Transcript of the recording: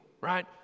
right